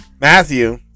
Matthew